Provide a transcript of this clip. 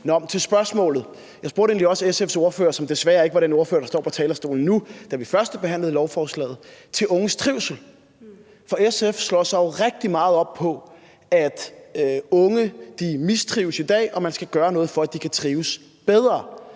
af lovforslaget SF's ordfører – som desværre ikke var den ordfører, der står på talerstolen nu – til unges trivsel. For SF slår sig jo rigtig meget op på, at unge mistrives i dag, og at man skal gøre noget, for at de kan trives bedre.